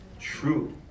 True